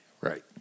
Right